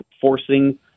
forcing